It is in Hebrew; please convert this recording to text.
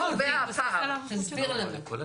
תסביר לנו.